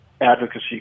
advocacy